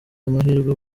amahirwe